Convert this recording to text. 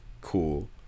cool